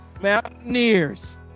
Mountaineers